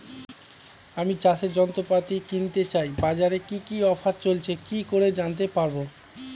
আমি চাষের যন্ত্রপাতি কিনতে চাই বাজারে কি কি অফার চলছে কি করে জানতে পারবো?